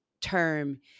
term